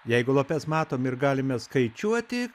jeigu lapes matom ir galime skaičiuoti